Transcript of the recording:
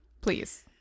Please